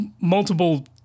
multiple